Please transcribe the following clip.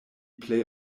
plej